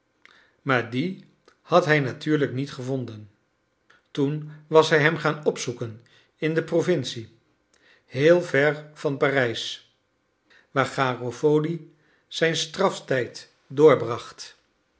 maar dien had hij natuurlijk niet gevonden toen was hij hem gaan opzoeken in de provincie heel ver van parijs waar garofoli zijn straftijd doorbracht